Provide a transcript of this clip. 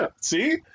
see